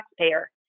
taxpayer